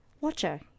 Watcher